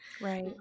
Right